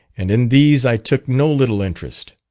and in these i took no little interest.